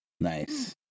Nice